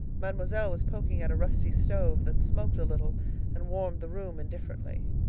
mademoiselle was poking at a rusty stove that smoked a little and warmed the room indifferently.